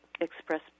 express